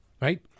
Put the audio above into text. Right